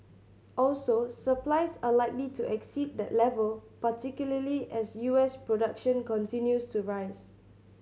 also supplies are likely to exceed that level particularly as U S production continues to rise